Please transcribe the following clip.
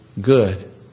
good